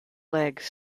legs